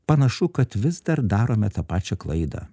panašu kad vis dar darome tą pačią klaidą